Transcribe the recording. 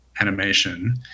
animation